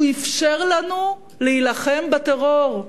הוא אפשר לנו להילחם בטרור,